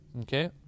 Okay